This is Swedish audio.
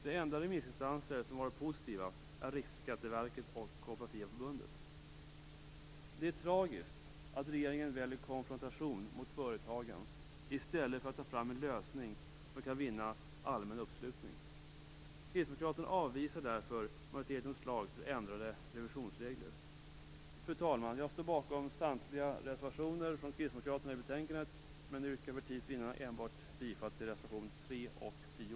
De enda remissinstanser som varit positiva är Riksskatteverket och Det är tragiskt att regeringen väljer konfrontation mot företagen i stället för att ta fram en lösning som kan vinna allmän uppslutning. Kristdemokraterna avvisar därför majoritetens förslag till ändrade revisionsregler. Fru talman! Jag står bakom samtliga reservationer från kristdemokraterna som är fogade till betänkandet, men yrkar för tids vinnande bifall enbart till reservationerna 3 och 10.